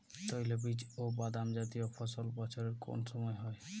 তৈলবীজ ও বাদামজাতীয় ফসল বছরের কোন সময় হয়?